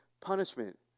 Punishment